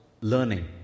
learning